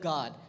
God